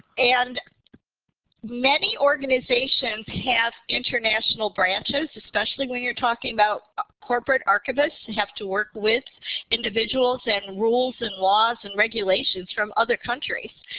and many organizations have international branches, especially when you're talking about corporate archivists who have to work with individuals and rules and laws and regulations from other countries.